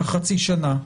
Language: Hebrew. החצי שנה,